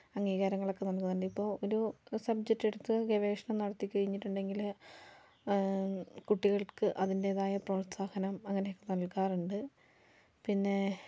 അംഗീകാരങ്ങളൊക്കെ നമുക്ക് ഇപ്പോൾ ഒരു സബ്ജക്റ്റ് എടുത്ത് ഗവേഷണം നടത്തി കഴിഞ്ഞിട്ടുണ്ടെങ്കിൽ കുട്ടികൾക്ക് അതിൻറ്റേതായ പ്രോത്സാഹനം അങ്ങനെയൊക്കെ നൽകാറുണ്ട് പിന്നേ